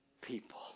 people